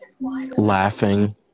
laughing